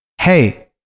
hey